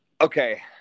okay